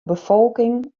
befolking